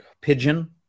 pigeon